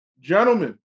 Gentlemen